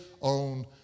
own